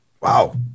wow